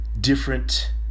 different